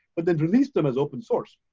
but then release them as open source.